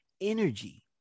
energy